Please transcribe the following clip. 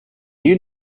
you